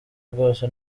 bwose